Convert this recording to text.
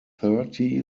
thirty